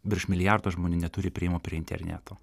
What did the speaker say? virš milijardo žmonių neturi priėjimo prie interneto